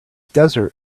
desert